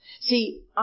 See